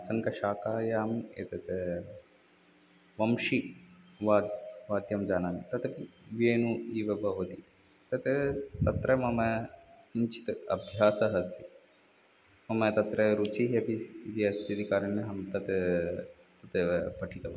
शङ्खशाखायाम् एतत् वंशि वाद्यं वाद्यं जानामि तदपि वेणोः इव भवति तत् तत्र मम किञ्चित् अभ्यासः अस्ति मम तत्र रुचिः अपि स् इति अस्ति इति कारणे अहं तत् तत् एव पठितवान्